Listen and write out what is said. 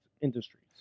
industries